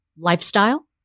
lifestyle